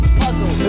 puzzle